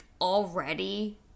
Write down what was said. already